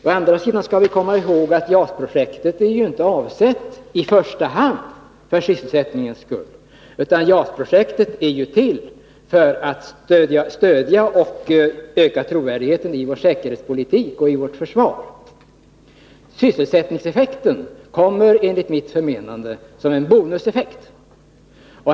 Å andra sidan skall vi komma ihåg att JAS-projektet inte i första hand är till för sysselsättningen utan för att stödja och öka trovärdigheten i vår säkerhetspolitik och vårt försvar. Sysselsättningseffekten kommer enligt mitt förmenande som en bonuseffekt.